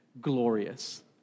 glorious